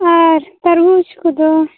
ᱟᱨ ᱛᱟᱨᱢᱩᱡ ᱠᱚᱫᱚ